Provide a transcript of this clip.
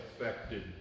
affected